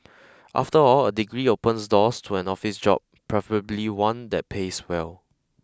after all a degree opens doors to an office job preferably one that pays well